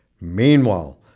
Meanwhile